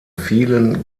vielen